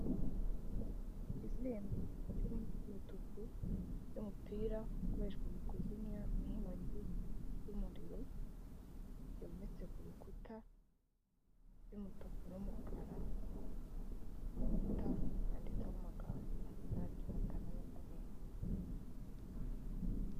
Ikizingo cy'umutuku n'umupira ukoreshwa mu kuzimya inkongi y'umuriro yometse ku rukuta y'umutuku n'umukara urukuta rwanditseho amagambo mu ibara ry'umukara n'umweru.